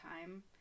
time